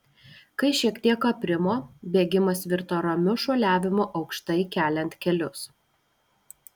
kai šiek tiek aprimo bėgimas virto ramiu šuoliavimu aukštai keliant kelius